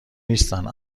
نیستن